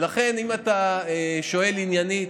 ולכן, אם אתה שואל עניינית,